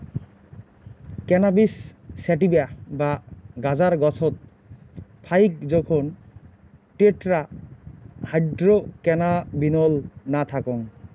cannabis sativa বা গাঁজার গছত ফাইক জোখন টেট্রাহাইড্রোক্যানাবিনোল না থাকং